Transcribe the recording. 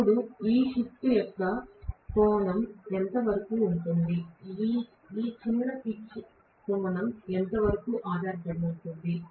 ఇప్పుడు ఈ షిఫ్ట్ యొక్క కోణం ఎంతవరకు ఉంటుంది ఈ చిన్న పిచ్ కోణం ఎంత ఆధారపడి ఉంటుంది